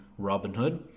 Robinhood